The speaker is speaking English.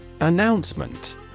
Announcement